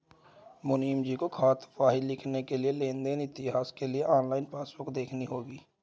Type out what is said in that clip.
मुनीमजी को खातावाही लिखने के लिए लेन देन इतिहास के लिए ऑनलाइन पासबुक देखनी होगी